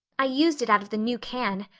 i used it out of the new can.